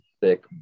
thick